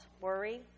worry